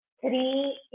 three